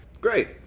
Great